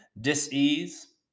dis-ease